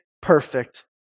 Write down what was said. perfect